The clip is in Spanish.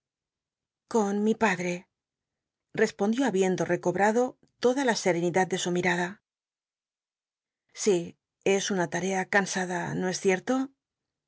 con mi padr e repondió habiendo recobrado toda la serenidad de su mirada si es una tar ea cansada no es cier to